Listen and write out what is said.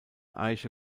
eiche